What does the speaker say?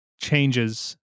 changes